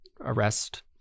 arrest